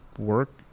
work